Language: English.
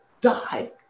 die